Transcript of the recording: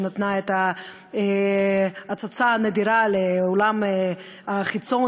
שנתנה את ההצצה הנדירה לעולם החיצון,